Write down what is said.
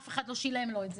אף אחד לא שילם לו את זה.